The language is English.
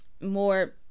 more